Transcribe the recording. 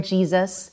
Jesus